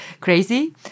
crazy